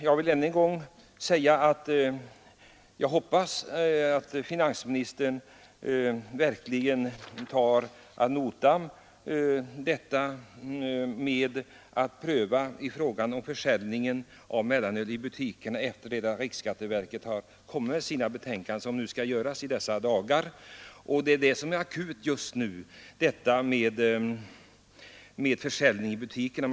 Jag vill än en gång säga att jag verkligen hoppas att finansministern tar förslaget ad notam, nämligen att frågan om försäljningen av mellanöl i butikerna skall omprövas efter det att riksskatteverket lagt fram sitt betänkande, vilket kommer att ske inom kort. Det är frågan om försäljning i butikerna som är mest akut just nu.